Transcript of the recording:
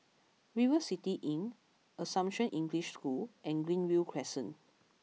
River City Inn Assumption English School and Greenview Crescent